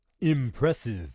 impressive